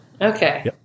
Okay